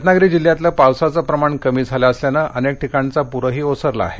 रत्नागिरी जिल्ह्यातलं पावसाचं प्रमाण कमी झालं असल्यानं अनेक ठिकाणचा प्रही ओसरला आहे